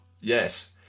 Yes